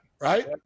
Right